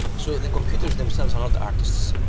so the computers themselves are not artists,